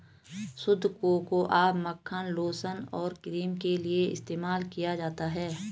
शुद्ध कोकोआ मक्खन लोशन और क्रीम के लिए इस्तेमाल किया जाता है